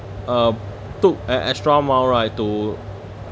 uh took an extra mile right to